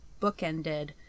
bookended